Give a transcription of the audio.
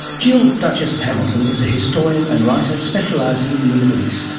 jill, duchess of hamilton, is a historian and writer specialising in the middle east